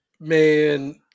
man